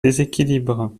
déséquilibre